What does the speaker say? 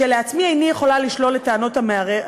כשלעצמי איני יכולה לשלול את טענות המערער.